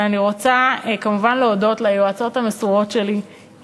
ואני רוצה כמובן להודות ליועצות המסורות שלי,